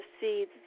see